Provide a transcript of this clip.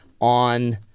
on